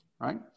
right